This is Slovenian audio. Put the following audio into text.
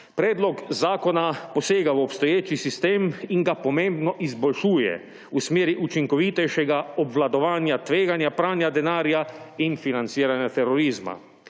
Predlog zakona posega v obstoječi sistem in ga pomembno izboljšuje v smeri učinkovitejšega obvladovanja tveganja pranja denarja in financiranja terorizma.